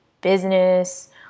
business